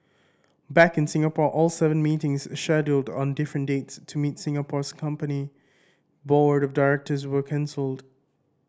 back in Singapore all seven meetings scheduled on different dates to meet the Singapore's company board of directors were cancelled